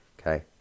Okay